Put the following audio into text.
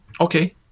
Okay